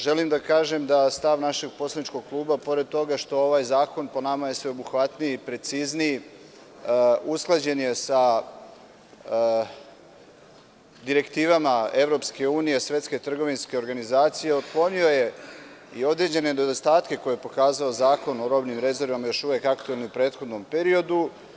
Želim da kažem da stav našeg poslaničkog kluba, pored toga što je ovaj zakon po nama sveobuhvatniji i precizniji, usklađen je sa direktivama EU, Svetske trgovinske organizacije, otklonio je i određene nedostatke koje je pokazao Zakon o robnim rezervama, još uvek aktuelan i u prethodnom periodu.